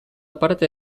parte